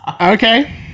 Okay